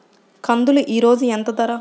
కందులు ఈరోజు ఎంత ధర?